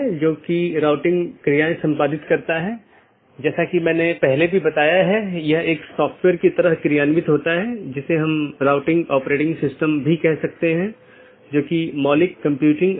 दो जोड़े के बीच टीसीपी सत्र की स्थापना करते समय BGP सत्र की स्थापना से पहले डिवाइस पुष्टि करता है कि BGP डिवाइस रूटिंग की जानकारी प्रत्येक सहकर्मी में उपलब्ध है या नहीं